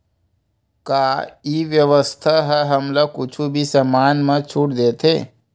का ई व्यवसाय ह हमला कुछु भी समान मा छुट देथे?